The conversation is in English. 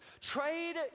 Trade